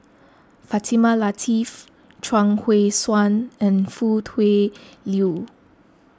Fatimah Lateef Chuang Hui Tsuan and Foo Tui Liew